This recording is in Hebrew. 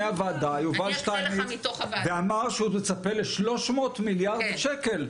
הוועדה ואמר שהוא מצפה ל-300 מיליארד שקל.